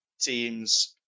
teams